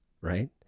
right